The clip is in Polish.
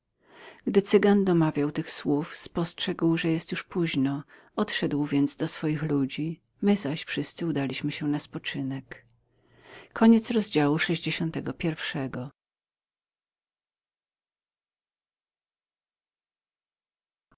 gdy cygan domawiał tych słów spostrzegł że już było poźno odszedł więc do swoich ludzi my zaś wszyscy udaliśmy się na spoczynek